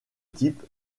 type